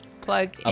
plug